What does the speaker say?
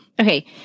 Okay